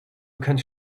können